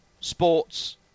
sports